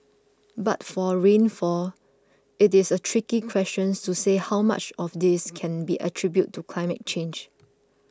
but for rainfall it is a tricky questions to say how much of this can be attributed to climate change